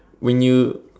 when you